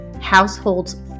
households